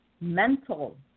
mental